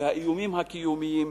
האיומים הקיומיים,